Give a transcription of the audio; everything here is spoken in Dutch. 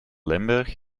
limburg